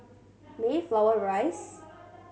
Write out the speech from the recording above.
Mayflower Rise